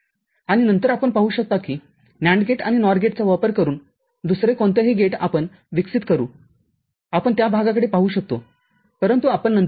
आणिनंतर आपण पाहू शकतो की NAND गेट आणि NOR गेटचा वापर करून दुसरे कोणतेही गेट आपण विकसित करु शकूआपण त्या भागाकडे पाहू शकतो परंतु आपण नंतर पाहू